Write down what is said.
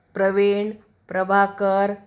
Pravin Prabhakar